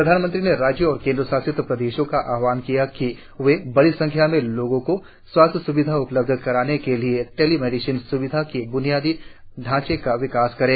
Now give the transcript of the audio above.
प्रधानमंत्री ने राज्यों और केन्द्रशासित प्रदेशों का आहवान किया कि वे बड़ी संख्या में लोगों को स्वास्थ्य स्विधाएं उपलब्ध कराने के लिए टेली मेडिसिन स्विधा के ब्नियादी ढांचे का विकास करें